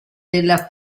della